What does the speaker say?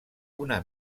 una